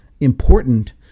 important